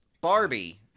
Barbie